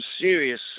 serious